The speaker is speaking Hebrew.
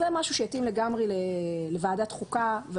זה משהו שיתאים לגמרי לוועדת החוקה.